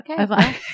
okay